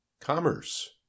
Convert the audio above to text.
Commerce